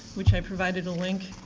which i provided a link,